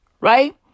Right